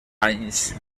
anys